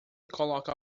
coloca